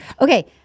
Okay